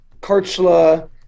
Karchla